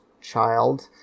child